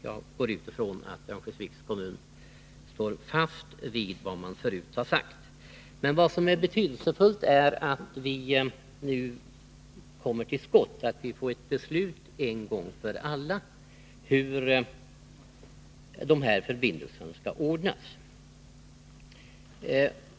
Jag utgår från att Örnsköldsviks kommun står fast vid vad man tidigare har sagt. Nu är det betydelsefullt att vi kommer till skott, att vi en gång för alla får ett beslut om hur dessa trafikförbindelser skall ordnas.